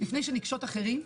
לפני שנקשוט אחרים,